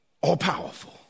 all-powerful